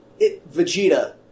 Vegeta